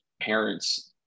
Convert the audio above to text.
parents